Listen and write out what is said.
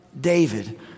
David